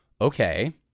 Okay